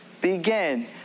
begin